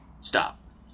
stop